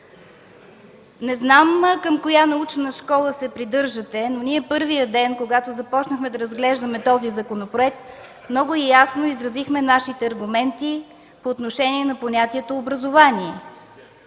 Не знам към коя научна школа се придържате, но ние първия ден, когато започнахме да разглеждаме този законопроект, много ясно изразихме нашите аргументи по отношение на понятието „образование”.